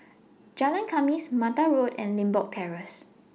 Jalan Khamis Mata Road and Limbok Terrace